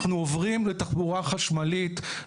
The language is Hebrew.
אנחנו עוברים לתחבורה חשמלית,